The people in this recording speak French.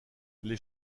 les